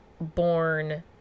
born